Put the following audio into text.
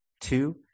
Two